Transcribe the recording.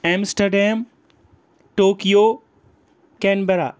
Amsterdam Tokyo Canberra